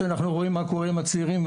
כשאנחנו רואים מה קורה עם הצעירים,